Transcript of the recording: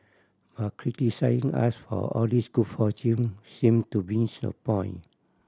but criticising us for all this good fortune seem to miss the point